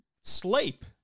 sleep